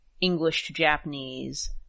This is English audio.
English-to-Japanese